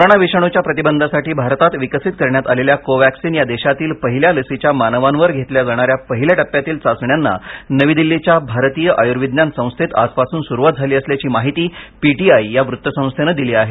corona विषाणूच्या प्रतिबंधासाठी भारतात विकसित करण्यात आलेल्या कोवॅक्सिन या देशातील पहिल्या लसीच्या मानवांवर घेतल्या जाणाऱ्या पहिल्या टप्प्यातील चाचण्यांना नवी दिल्लीच्या भारतीय आयुर्विज्ञान संस्थेत आजपासून सुरुवात झाली असल्याची माहिती पीटीआय वृत्तसंस्थेनं दिली आहे